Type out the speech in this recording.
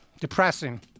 depressing